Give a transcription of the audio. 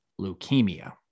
leukemia